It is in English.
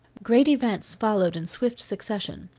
great events followed in swift succession.